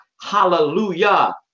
Hallelujah